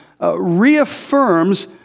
reaffirms